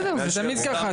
בסדר, זה תמיד כך.